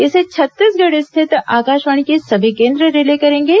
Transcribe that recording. इसे छत्तीसगढ़ स्थित आकाशवाणी के सभी केंद्र रिले करेंगे